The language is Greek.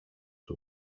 του